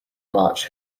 march